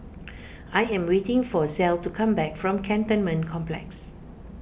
I am waiting for Clell to come back from Cantonment Complex